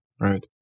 Right